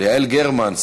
ליעל גרמן,